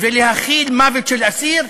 ולהכיל מוות של אסיר,